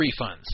refunds